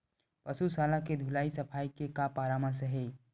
पशु शाला के धुलाई सफाई के का परामर्श हे?